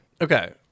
Okay